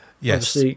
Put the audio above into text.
Yes